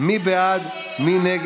ומדברים על העברת החוק הזה,